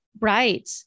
Right